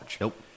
Nope